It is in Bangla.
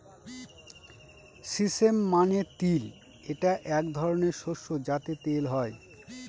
সিসেম মানে তিল এটা এক ধরনের শস্য যাতে তেল হয়